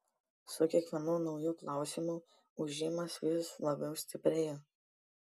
su kiekvienu nauju klausimu ūžimas vis labiau stiprėjo